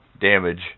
damage